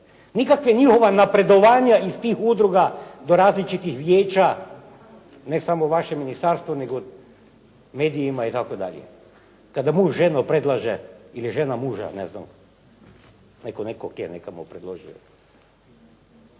Nikakve njihova napredovanja iz tih udruga do različitih vijeća ne samo vaše ministarstvo nego medijima i tako dalje. Kada muž ženu predlaže, ili žena muža, ne znam, neko nekog je nekamo predložio.